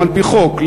גם על-פי חוק,